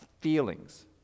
feelings